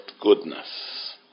goodness